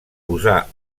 posà